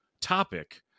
topic